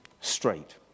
straight